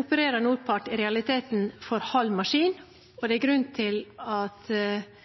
opererer NORPART i realiteten for halv maskin, og det er grunn til å tro at